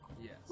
Yes